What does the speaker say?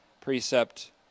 precept